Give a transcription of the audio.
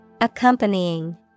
Accompanying